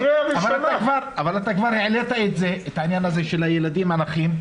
ואתה כבר העלית את העניין הזה של הילדים הנכים.